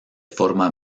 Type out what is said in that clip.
forma